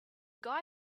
guy